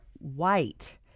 white